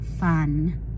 fun